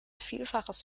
vielfaches